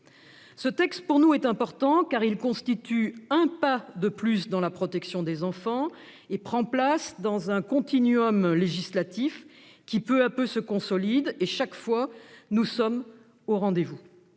Ce texte est pour nous important, car il constitue un pas de plus vers la protection des enfants et prend place dans un continuum législatif qui, peu à peu, se consolide. À chaque fois, nous sommes au rendez-vous.